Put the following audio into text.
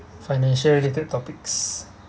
financial related topics